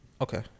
Okay